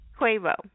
Quavo